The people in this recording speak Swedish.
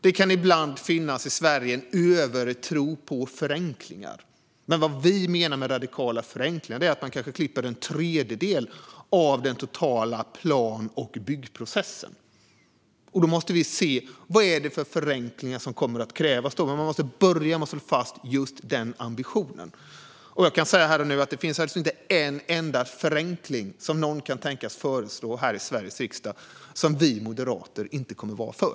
Det kan i Sverige ibland finnas en övertro på förenklingar, men vad vi menar med radikala förenklingar är att man kanske klipper en tredjedel av den totala plan och byggprocessen. Då måste vi se: Vad är det för förenklingar som då kommer att krävas? Man måste börja med att slå fast just den ambitionen. Jag kan säga här och nu att det inte finns en enda förenkling som någon kan tänkas föreslå i Sveriges riksdag som vi moderater inte kommer att vara för.